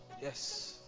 Yes